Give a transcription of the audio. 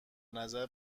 نظر